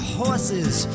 horses